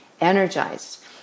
energized